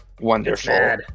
Wonderful